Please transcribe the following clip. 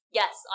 yes